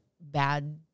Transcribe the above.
bad